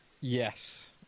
Yes